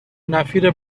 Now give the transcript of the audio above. نفیر